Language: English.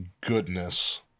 goodness